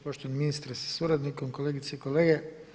Poštovani ministre sa suradnikom, kolegice i kolege.